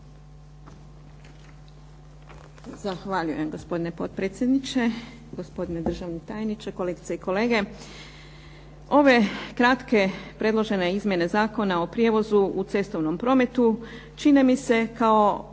Zahvaljujem gospodine potpredsjedniče, državne tajniče, kolegice i kolege. Ove kratke predložene izmjene Zakona o prijevozu u cestovnom prometu čine mi se kao